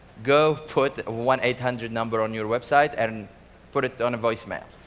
go put a one eight hundred number on your website and and put it on a voicemail.